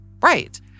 Right